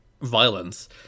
violence